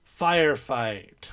firefight